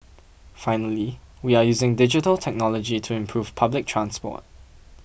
finally we are using digital technology to improve public transport